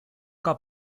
cal